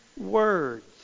words